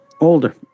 older